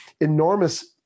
enormous